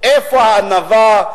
איפה הענווה?